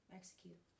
execute